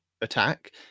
attack